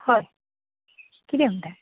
हय कितें म्हणटा